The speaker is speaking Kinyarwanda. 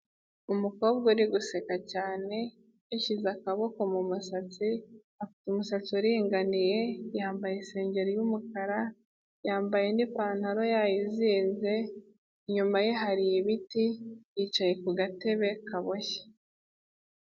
Umukobwa uri guseka cyane yashyize akaboko mu musatsi, afite umusatsi uringaniye, yambaye isengeri y'umukara, yambaye n'ipantaro yayizinze, inyuma ye hari ibiti, yicaye ku gatebe kaboshye.